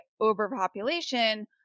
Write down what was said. overpopulation